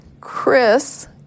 Chris